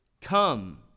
Come